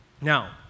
Now